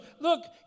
Look